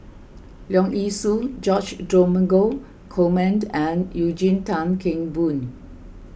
Leong Yee Soo George Dromgold Coleman and Eugene Tan Kheng Boon